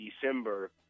December